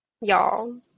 Y'all